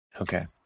Okay